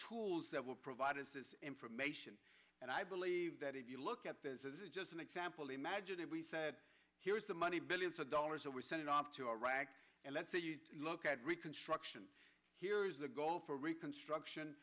tools that will provide is this information and i believe that if you look at this this is just an example imagine if we said here's the money billions of dollars that were sent off to iraq and let's look at reconstruction here is the goal for reconstruction